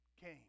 came